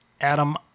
adam